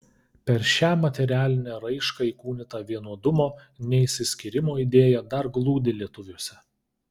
per šią materialinę raišką įkūnyta vienodumo neišsiskyrimo idėja dar glūdi lietuviuose